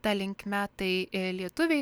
ta linkme tai lietuviai